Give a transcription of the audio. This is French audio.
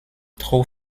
trop